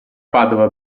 padova